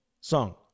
song